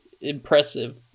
impressive